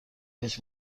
was